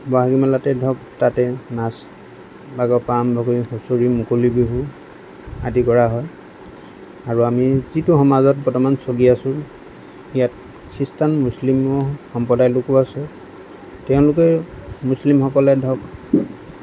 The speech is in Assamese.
বহাগী মেলাটোৱেই ধৰক তাতেই নাচ বাগৰ পৰা আৰম্ভ কৰি হুঁচৰি মুকলি বিহু আদি কৰা হয় আৰু আমি যিটো সমাজত বৰ্তমান চলি আছো ইয়াত খ্ৰীষ্টান মুছলিম সম্প্ৰদায়ৰ লোকো আছে তেওঁলোকে মুছলিমসকলে ধৰক